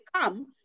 come